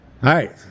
Hi